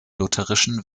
lutherischen